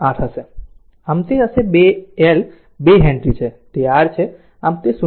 આમ તે હશે તે L 2 હેનરી છે અને તે R છે આમ તે 0